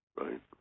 right